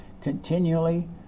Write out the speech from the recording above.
continually